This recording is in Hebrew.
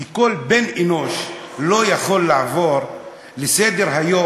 כי כל בן-אנוש לא יכול לעבור לסדר-היום,